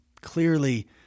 Clearly